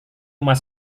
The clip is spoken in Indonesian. rumah